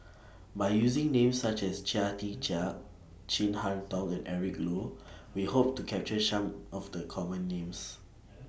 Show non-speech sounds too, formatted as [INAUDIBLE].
By using Names such as Chia Tee Chiak Chin Harn Tong and Eric Low We Hope to capture Some of The Common Names [NOISE]